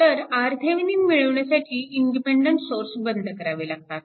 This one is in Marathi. तर RThevenin मिळवण्यासाठी इंडिपेन्डन्ट सोर्स बंद करावे लागतात